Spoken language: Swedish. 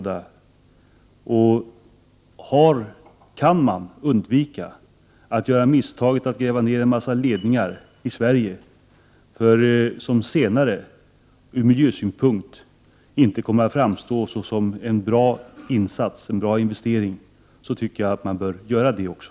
Jag tycker att man bör undvika att göra misstaget att gräva ned gasledningar i Sverige som senare ur miljösynpunkt kanske inte kommer att framstå som en bra insats, därför heller inte som en bra investering.